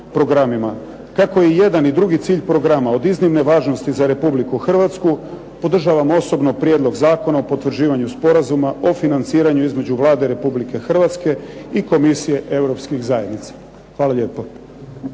Kako je i jedan i drugi cilj programa od iznimne važnosti za Republiku Hrvatsku podržavam osobno Prijedlog zakona o potvrđivanju Sporazuma o financiranju između Vlade Republike Hrvatske i Komisije Europskih zajednica. Hvala lijepo.